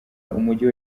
umujyi